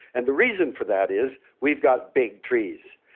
and the reason for that is we've got big trees.